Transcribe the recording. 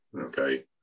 okay